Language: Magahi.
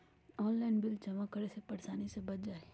ऑनलाइन बिल जमा करे से परेशानी से बच जाहई?